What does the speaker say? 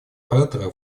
оратора